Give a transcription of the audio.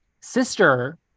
sister